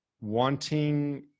wanting